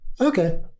Okay